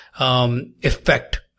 effect